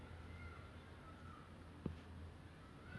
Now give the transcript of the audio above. singapore singapore's se~ singapore's security is actually very good